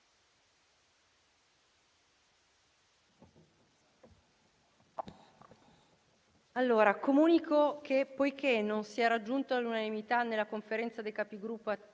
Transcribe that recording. Comunico che, poiché non si è raggiunta l'unanimità nella Conferenza dei Capigruppo